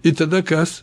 ir tada kas